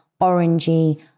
orangey